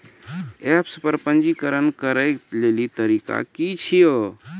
App पर पंजीकरण करै लेली तरीका की छियै?